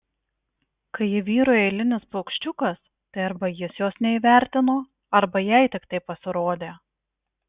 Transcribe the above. kai ji vyrui eilinis paukščiukas tai arba jis jos neįvertino arba jai tik taip pasirodė